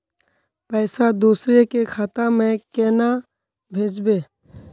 पैसा दूसरे के खाता में केना भेजबे?